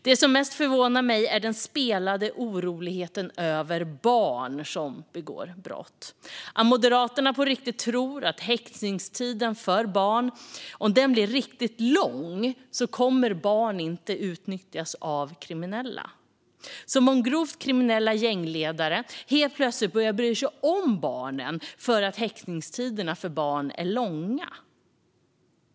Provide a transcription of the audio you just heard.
Det som mest förvånar mig är den spelade oron över barn som begår brott och att Moderaterna på riktigt tror att barn inte kommer att utnyttjas av kriminella om häktningstiden för barn blir riktigt lång - som om grovt kriminella gängledare helt plötsligt skulle börja bry sig om barnen för att häktningstiderna för barn är långa.